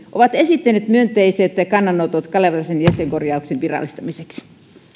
ovat esittäneet myönteiset kannanotot kalevalaisen jäsenkorjauksen virallistamiseksi